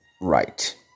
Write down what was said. right